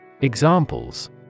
Examples